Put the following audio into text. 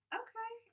okay